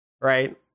right